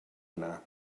anar